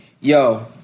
yo